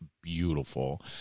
beautiful